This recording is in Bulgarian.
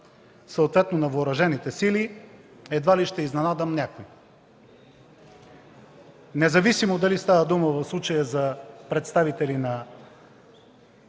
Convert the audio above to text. съответно на Въоръжените сили, едва ли ще изненадам някого, независимо дали става дума в случая за представители на